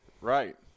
Right